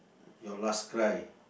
your last cry